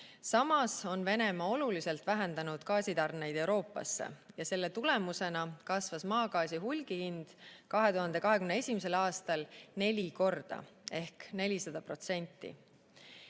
Samas on Venemaa oluliselt vähendanud gaasitarneid Euroopasse ja selle tulemusena kasvas maagaasi hulgihind 2021. aastal neli korda ehk 400%.